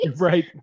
Right